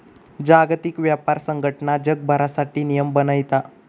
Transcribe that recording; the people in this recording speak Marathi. जागतिक व्यापार संघटना जगभरासाठी नियम बनयता